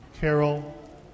Carol